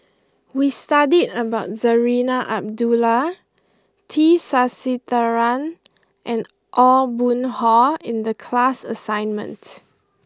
we studied about Zarinah Abdullah T Sasitharan and Aw Boon Haw in the class assignment